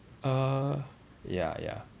uh ya ya